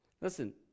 Listen